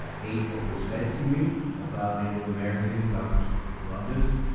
ah ate what was fed to me about native americans, about christopher columbus.